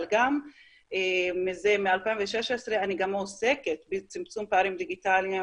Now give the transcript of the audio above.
אבל מ-2016 אני גם עוסקת בצמצום פערים דיגיטליים